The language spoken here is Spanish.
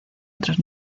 otras